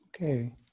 Okay